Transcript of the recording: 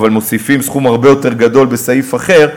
אבל מוסיפים סכום הרבה יותר גדול בסעיף אחר,